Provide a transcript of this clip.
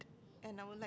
and I will like